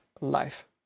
life